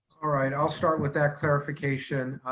all right. i'll start with that clarification.